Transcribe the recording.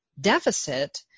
deficit